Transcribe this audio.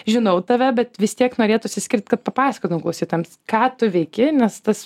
žinau tave bet vis tiek norėtųs išskirt kad papasakotum klausytojams ką tu veiki nes tas